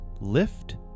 lift